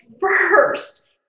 first